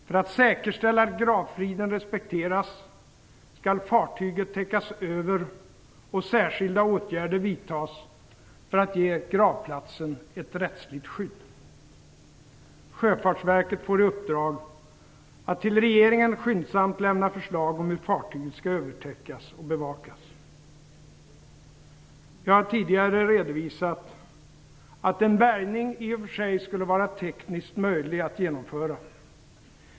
För att säkerställa att gravfriden respekteras skall fartyget täckas över och särskilda åtgärder vidtas för att ge gravplatsen ett rättsligt skydd. Sjöfartsverket får i uppdrag att till regeringen skyndsamt lämna förslag om hur fartyget skall övertäckas och bevakas. Jag har tidigare redovisat att en bärgning i och för sig skulle vara tekniskt möjlig att genomföra.